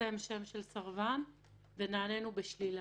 לפרסם שם של סרבן ונענינו בשלילה.